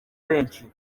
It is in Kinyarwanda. benshi